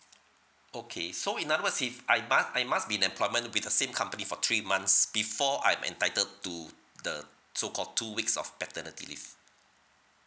okay so in another word is I must I must be an employment with the same company for three months before I'm entitled to the so called two weeks of paternity leave